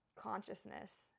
consciousness